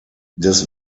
des